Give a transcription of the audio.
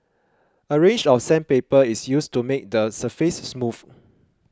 a range of sandpaper is used to make the surface smooth